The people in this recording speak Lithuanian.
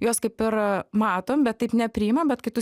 juos kaip ir matom bet taip nepriimam bet kai tu